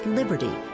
liberty